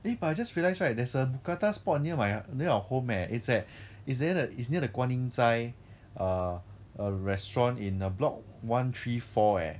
eh but I just realise right there's a mookata spot near my near our home eh it's at it's near it is near the 观音斋 err a restaurant in err block one three four eh